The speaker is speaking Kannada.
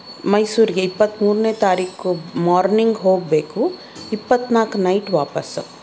ಮೈಸೂರಿಗೆ ಇಪ್ಪತ್ತ್ಮೂರನೇ ತಾರೀಕು ಮಾರ್ನಿಂಗ್ ಹೋಗಬೇಕು ಇಪ್ಪತ್ತ್ನಾಲ್ಕು ನೈಟ್ ವಾಪಸ್ಸು